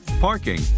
parking